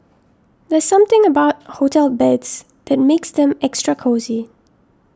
there's something about hotel beds that makes them extra cosy